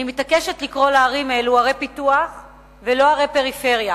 אני מתעקשת לקרוא לערים אלו ערי פיתוח ולא ערי פריפריה.